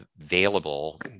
available